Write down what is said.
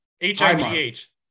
H-I-G-H